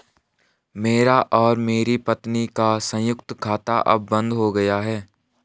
मेरा और मेरी पत्नी का संयुक्त खाता अब बंद हो गया है